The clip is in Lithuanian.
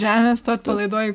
žemės tu atpalaiduoji